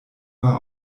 war